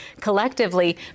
collectively